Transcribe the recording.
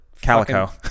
Calico